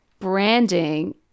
branding